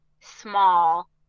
small